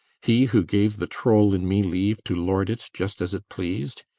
he who gave the troll in me leave to lord it just as it pleased.